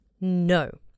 no